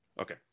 Okay